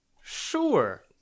sure